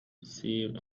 steve